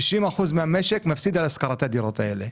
כ-90% מהמשק מפסיד על השכרת הדירות האלה.